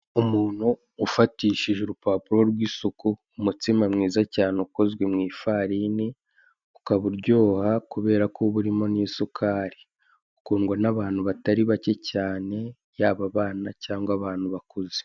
Umuntu ufatishije urupapuro rw'isuku, umutsima mwiza cyane ukozwe mu ifarini, ukaba uryoha kubera ko uba urimo n'isukari. Ukundwa n'abantu batari bake cyane, yaba abana, cyangwa abantu bakuze.